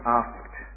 asked